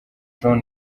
john